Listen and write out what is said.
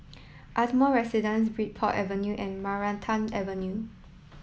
Ardmore Residence Bridport Avenue and Maranta Avenue